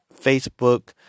Facebook